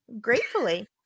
gratefully